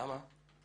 למה?